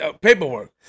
paperwork